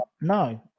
No